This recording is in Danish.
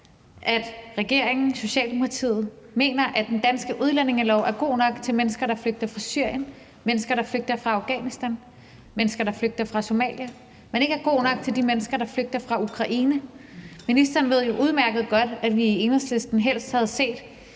at regeringen, Socialdemokratiet, mener, at den danske udlændingelov er god nok til mennesker, der flygter fra Syrien, mennesker, der flygter fra Afghanistan, mennesker, der flygter fra Somalia, men ikke er god nok til de mennesker, der flygter fra Ukraine. Ministeren ved jo udmærket godt, at vi i Enhedslisten helst havde set,